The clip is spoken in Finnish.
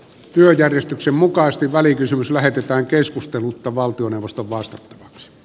työjärjestyksen mukaisesti välikysymys lähetetään keskustelutta valtioneuvostolle vastattavaksi